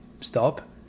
stop